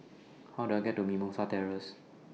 How Do I get to Mimosa Terrace